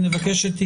נבקש את התייחסותך.